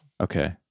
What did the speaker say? Okay